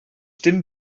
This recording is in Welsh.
dim